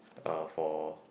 uh for